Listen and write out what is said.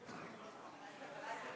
היושב-ראש,